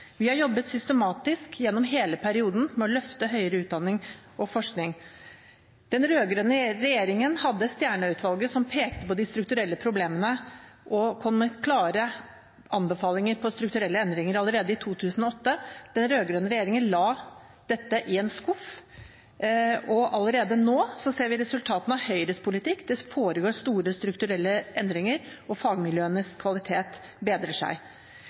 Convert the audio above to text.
Vi har jobbet systematisk gjennom hele perioden med å løfte høyere utdanning og forskning. Den rød-grønne regjeringen hadde Stjernø-utvalget, som pekte på de strukturelle problemene og kom med klare anbefalinger om strukturelle endringer allerede i 2008. Den rød-grønne regjeringen la dette i en skuff. Allerede nå ser vi resultatene av Høyres politikk: Det foregår store strukturelle endringer, og fagmiljøenes kvalitet bedrer seg.